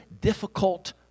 difficult